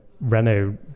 Renault